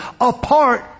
apart